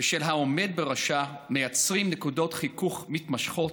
ושל העומד בראשה מייצרת נקודות חיכוך מתמשכות,